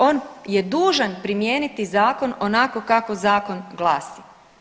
One je dužan primijeniti zakon onako kako zakon glasi.